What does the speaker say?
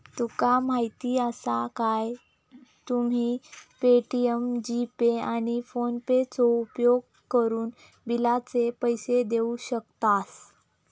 तुका माहीती आसा काय, तुम्ही पे.टी.एम, जी.पे, आणि फोनेपेचो उपयोगकरून बिलाचे पैसे देऊ शकतास